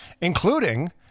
including